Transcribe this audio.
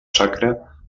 sacra